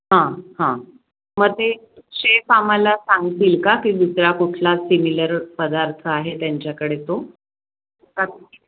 हां हां मग ते शेफ आम्हाला सांगतील का की दुसरा कुठला सिमिलर पदार्थ आहे त्यांच्याकडे तो